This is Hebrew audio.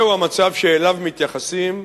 זהו המצב שאליו מתייחסים,